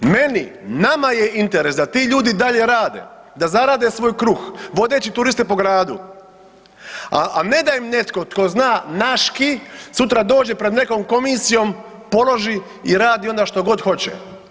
Meni, nama je interes da ti ljudi i dalje rade, da zarade svoj kruh vodeći turiste po gradu, a ne da im netko tko zna naški sutra dođe pred nekom komisijom, položi radi onda što god hoće.